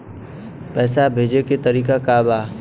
पैसा भेजे के तरीका का बा?